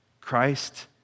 Christ